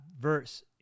verse